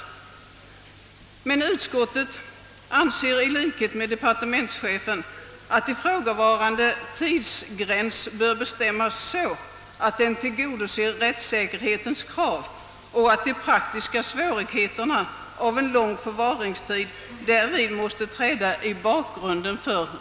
Utskottet anser dock i likhet med departementschefen att ifrågavarande tidsgränser bör bestämmas så, att de tillgodoser rättssäkerhetens krav och att de praktiska svårigheterna av en lång förvaringstid därvid måste träda i bakgrunden.